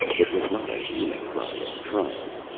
it was not a human cry of triumph.